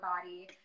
body